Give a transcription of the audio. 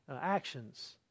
actions